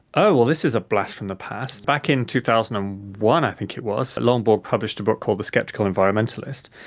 well this is a blast from the past. back in two thousand and one i think it was, lomborg published a book called the sceptical environmentalist,